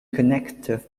connective